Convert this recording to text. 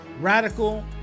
radical